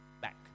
back